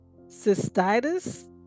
cystitis